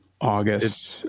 august